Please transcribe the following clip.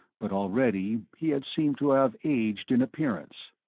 but already he had seemed to have aged in appearance.